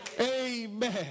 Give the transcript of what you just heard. Amen